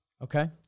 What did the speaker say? Okay